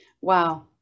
Wow